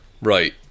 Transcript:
right